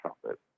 trumpet